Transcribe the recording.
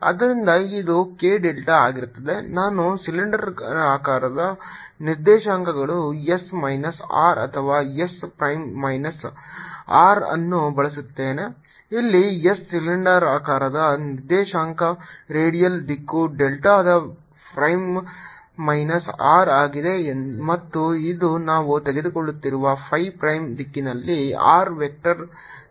ಆದ್ದರಿಂದ ಇದು k delta ಆಗಿರುತ್ತದೆ ನಾನು ಸಿಲಿಂಡರಾಕಾರದ ನಿರ್ದೇಶಾಂಕಗಳು s ಮೈನಸ್ R ಅಥವಾ s ಪ್ರೈಮ್ ಮೈನಸ್ R ಅನ್ನು ಬಳಸುತ್ತೇನೆ ಇಲ್ಲಿ s ಸಿಲಿಂಡರಾಕಾರದ ನಿರ್ದೇಶಾಂಕ ರೇಡಿಯಲ್ ದಿಕ್ಕು ಡೆಲ್ಟಾದ ಪ್ರೈಮ್ ಮೈನಸ್ R ಆಗಿದೆ ಮತ್ತು ಇದು ನಾವು ತೆಗೆದುಕೊಳ್ಳುತ್ತಿರುವ phi ಪ್ರೈಮ್ ದಿಕ್ಕಿನಲ್ಲಿ r ವೆಕ್ಟರ್ z ಶೂನ್ಯಕ್ಕೆ ಸಮಾನವಾಗಿರುತ್ತದೆ